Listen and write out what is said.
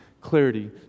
clarity